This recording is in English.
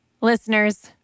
Listeners